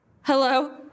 Hello